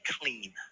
clean